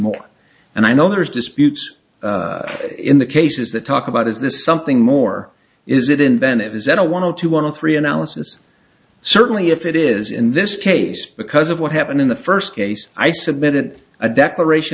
more and i know there's disputes in the cases that talk about is this something more is it inventive is that a want to one of three analysis certainly if it is in this case because of what happened in the first case i submitted a declaration